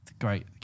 great